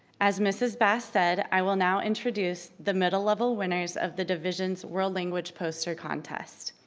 as mrs. bass said, i will now introduce the middle level winners of the division's world language poster contest.